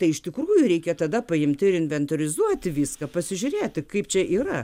tai iš tikrųjų reikia tada paimti ir inventorizuoti viską pasižiūrėti kaip čia yra